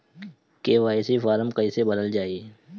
KYC form कइसे भरल जाइ?